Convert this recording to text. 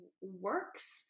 works